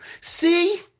See